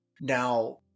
Now